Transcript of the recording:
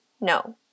no